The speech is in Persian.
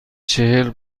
چهل